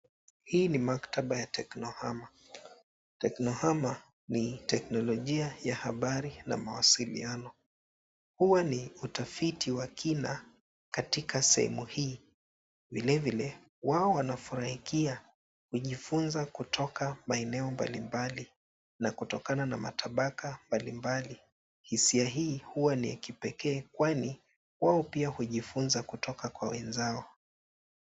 Hii ni maktaba ya teknohama. Teknohama ni teknolojia ya habari na mawasiliano. Huwa ni utafiti wa kina katika sehemu hii. Vilevile wao wanafurahia kujifunza kutoka maeneo mbalimbali na kutokana na matabaka mbalimbali. Hisia hii huwa ni ya kipekee kwani wao pia hujifunza kutoka kwa wenzao.